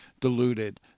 deluded